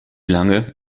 lange